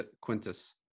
Quintus